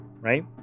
right